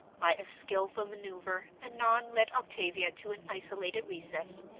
by a skillful maneuver annon led octavia to an isolated recess,